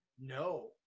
No